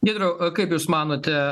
giedriau kaip jūs manote